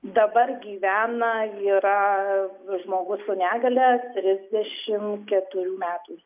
dabar gyvena yra žmogus su negalia trisdešim keturių metų